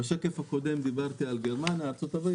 בשקף הקודם דיברתי על גרמניה וארצות-הברית,